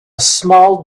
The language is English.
small